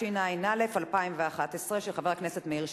התשע"א 2011, של חבר הכנסת מאיר שטרית.